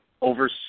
over